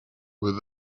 with